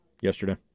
yesterday